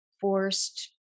Forced